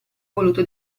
voluto